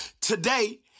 today